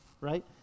right